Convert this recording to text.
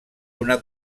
una